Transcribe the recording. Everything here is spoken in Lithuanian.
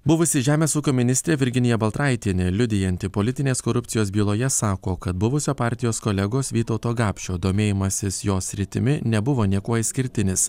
buvusi žemės ūkio ministrė virginija baltraitienė liudijanti politinės korupcijos byloje sako kad buvusio partijos kolegos vytauto gapšio domėjimasis jos sritimi nebuvo niekuo išskirtinis